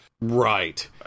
Right